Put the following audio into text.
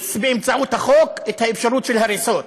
ולהאיץ באמצעות החוק את האפשרות של הריסות,